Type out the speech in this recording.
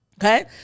okay